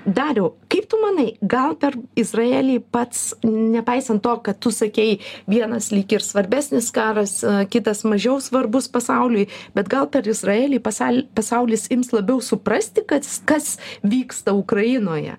dariau kaip tu manai gal per izraelį pats nepaisant to kad tu sakei vienas lyg ir svarbesnis karas kitas mažiau svarbus pasauliui bet gal per izraelį pasal pasaulis ims labiau suprasti kas kas vyksta ukrainoje